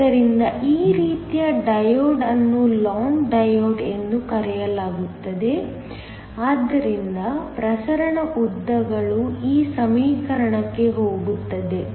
ಆದ್ದರಿಂದ ಈ ರೀತಿಯ ಡಯೋಡ್ ಅನ್ನು ಲಾಂಗ್ ಡಯೋಡ್ ಎಂದು ಕರೆಯಲಾಗುತ್ತದೆ ಆದ್ದರಿಂದ ಪ್ರಸರಣ ಉದ್ದಗಳು ಈ ಸಮೀಕರಣಕ್ಕೆ ಹೋಗುತ್ತದೆ